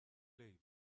live